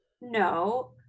no